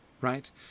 right